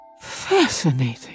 Fascinating